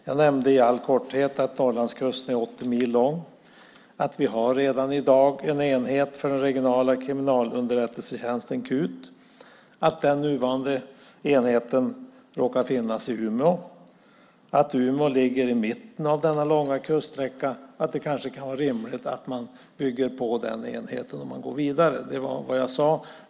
Jag nämnde i all korthet att Norrlandskusten är 80 mil lång, att vi redan i dag har en enhet för den regionala kriminalunderrättelsetjänsten, KUT, att den nuvarande enheten råkar finnas i Umeå, att Umeå ligger i mitten av denna långa kuststräcka och att det kanske kan vara rimligt att man bygger på den enheten när man går vidare. Det var vad jag sade.